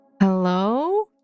Hello